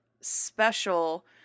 special